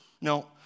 No